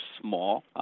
small